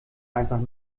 einfach